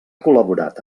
col·laborat